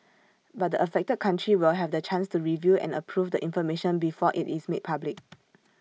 but the affected country will have the chance to review and approve the information before IT is made public